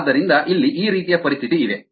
ಆದ್ದರಿಂದ ಇಲ್ಲಿ ಈ ರೀತಿಯ ಪರಿಸ್ಥಿತಿ ಇದೆ